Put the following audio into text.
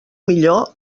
millor